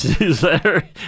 newsletter